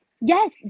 Yes